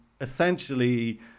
essentially